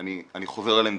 אני חוזר על עמדתי.